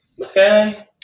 Okay